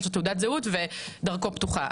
יש לו תעודת זהות ודרכו פתוחה.